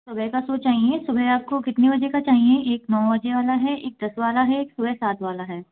सुबह का सो चाहिए सुबह आपको कितने बजे का चाहिए एक नौ बजे वाला है एक दस वाला है एक सुबह सात वाला है